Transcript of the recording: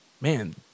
man